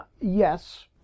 Yes